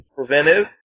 preventive